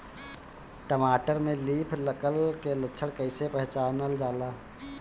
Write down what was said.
टमाटर में leaf curl के लक्षण कइसे पहचानल जाला?